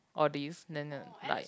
or did you like